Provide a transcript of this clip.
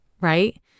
right